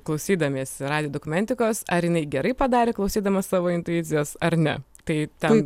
klausydamiesi radijo dokumentikos ar jinai gerai padarė klausydama savo intuicijos ar ne tai ten